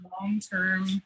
long-term